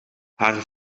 haar